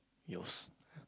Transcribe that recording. use